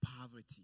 Poverty